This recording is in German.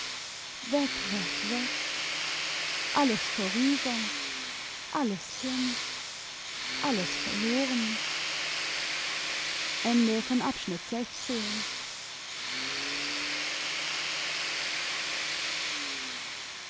weg weg weg alles vorüber alles hin alles verloren